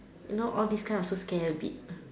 know all this kind also scare a bit